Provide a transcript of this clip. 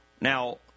Now